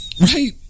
Right